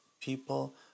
people